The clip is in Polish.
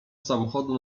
samochodu